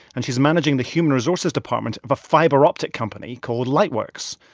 and she's managing the human resources department of a fiber-optic company called lightworks.